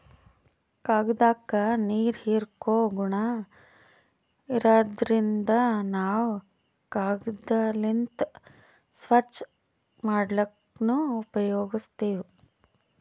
ಕಾಗ್ದಾಕ್ಕ ನೀರ್ ಹೀರ್ಕೋ ಗುಣಾ ಇರಾದ್ರಿನ್ದ ನಾವ್ ಕಾಗದ್ಲಿಂತ್ ಸ್ವಚ್ಚ್ ಮಾಡ್ಲಕ್ನು ಉಪಯೋಗಸ್ತೀವ್